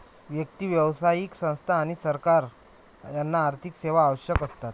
व्यक्ती, व्यावसायिक संस्था आणि सरकार यांना आर्थिक सेवा आवश्यक असतात